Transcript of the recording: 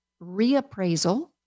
reappraisal